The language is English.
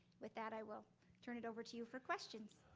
with that, i will turn it over to you for questions.